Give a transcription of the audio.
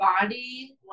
body